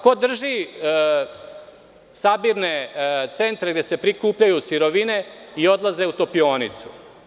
Ko drži sabirne centre gde se prikupljaju sirovine i odlaze u topionicu?